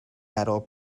metal